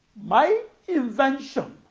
my invention